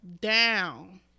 down